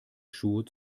schuhe